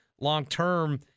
long-term